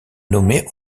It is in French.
nommée